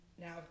Now